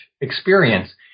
experience